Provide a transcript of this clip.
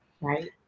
Right